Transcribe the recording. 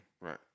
Right